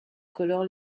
colore